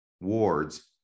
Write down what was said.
wards